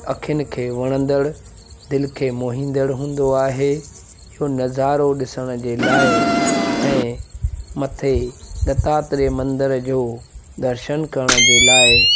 अखियुनि खे वणंदड़ दिलि खे मोहींदड़ हूंदो आहे नज़ारो ॾिसण जे लाइ ऐं मथे दत्तात्रेय मंदर जो दर्शन करण के लाइ